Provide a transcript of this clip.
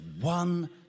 one